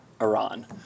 Iran